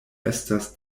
estas